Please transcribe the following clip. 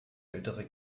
ältere